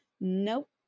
Nope